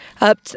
up